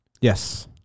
Yes